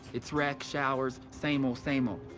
it's rec, showers, same old, same old.